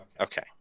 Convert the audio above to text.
Okay